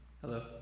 Hello